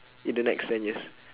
in the next ten years